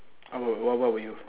I will what about were you